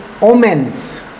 omens